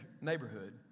neighborhood